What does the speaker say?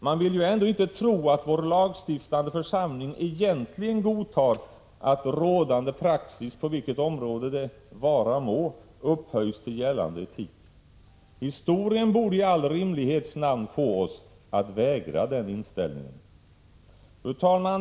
Man vill ju ändå inte tro att vår lagstiftande församling egentligen godtar att ”rådande praxis”, på vilket område det vara må, upphöjs till gällande etik. Historien borde i all rimlighets namn få oss att vägra den inställningen. Fru talman!